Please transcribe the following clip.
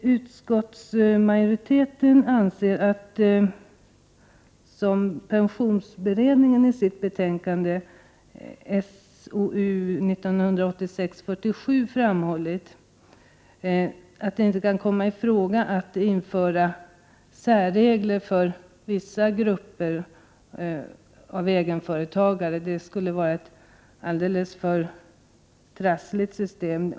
Utskottsmajoriteten anser, i likhet med vad pensionsberedningen i sitt betänkande SOU 1986:47 framhållit, att det inte kan komma i fråga att införa särregler för vissa grupper av egenföretagare. Det skulle vara ett alldeles för trassligt system.